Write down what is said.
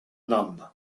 nun